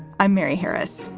i'm mary harris.